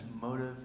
motive